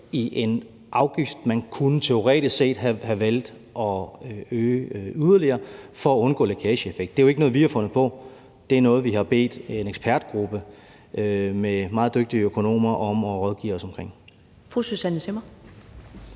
i en afgift. Man kunne teoretisk set have valgt at sænke den yderligere for at undgå lækageeffekt. Det er jo ikke noget, vi har fundet på; det er noget, vi har bedt en ekspertgruppe med meget dygtige økonomer om at rådgive os omkring.